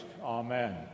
Amen